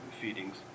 feedings